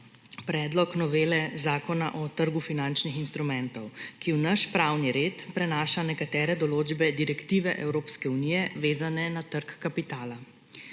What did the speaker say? predlog novele Zakona o trgu finančnih instrumentov, ki v naš pravni red prenaša nekatere določbe direktive Evropske unije, vezane na trg kapitala.